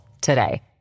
today